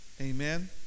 amen